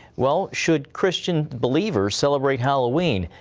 well, should christian believers celebrate halloween.